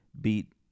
beat